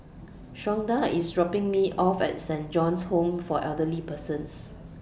Shawnda IS dropping Me off At Saint John's Home For Elderly Persons